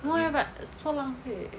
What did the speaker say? no eh but so 浪费